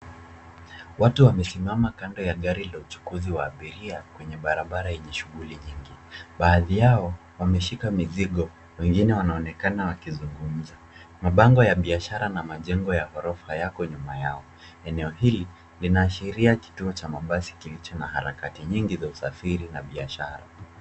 Watu wamesimama kando ya gari la uchukuzi wa abiria kwenye barabara yenye shughuli nyingi. Baadhi yao wameshika mizigo wengine wanaonekana wakizungumza. Mabango ya biashara na majengo ya ghorofa yako nyuma yao. Eneo hili linaashiria kituo cha mabasi kilicho na harakati nyingi za usafiri na biashara.